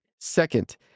Second